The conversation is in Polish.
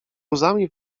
łzami